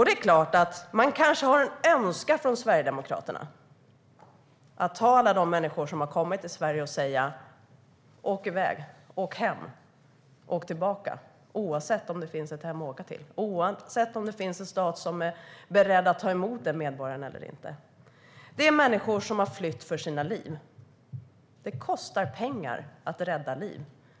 Det är klart att man från Sverigedemokraternas sida kanske har en önskan om att ta alla de människor som har kommit till Sverige och säga "Åk iväg! Åk hem! Åk tillbaka! ", oavsett om det finns ett hem att åka till eller om det finns en stat som är beredd att ta emot de medborgarna eller inte. Det handlar om människor som har flytt för sina liv. Det kostar pengar att rädda liv.